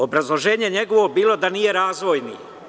Obrazloženje njegovo je bilo da nije razvojni.